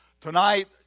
Tonight